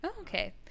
Okay